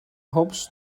hobs